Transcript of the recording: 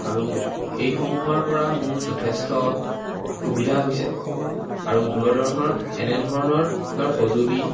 আৰু এইসমূহৰ পৰা মোৰ যথেষ্ট সুবিধা হৈছে আৰু দূৰদৰ্শনত এনেধৰণৰ সঁজুলি